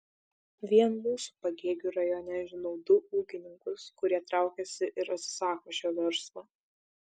vien mūsų pagėgių rajone žinau du ūkininkus kurie traukiasi ir atsisako šio verslo